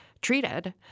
treated